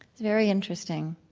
very interesting,